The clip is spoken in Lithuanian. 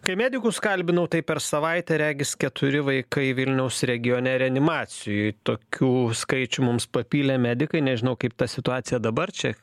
kai medikus kalbinau tai per savaitę regis keturi vaikai vilniaus regione reanimacijoj tokių skaičių mums papylė medikai nežinau kaip ta situacija dabar čia